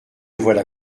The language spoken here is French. voilà